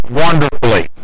wonderfully